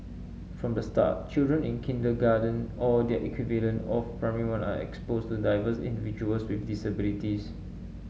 from the start children in kindergarten or their equivalent of Primary One are exposed to diverse individuals with disabilities